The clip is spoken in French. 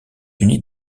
unis